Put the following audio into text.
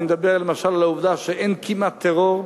אני מדבר למשל על העובדה שאין כמעט טרור,